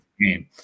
game